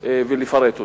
ולפרט אותן.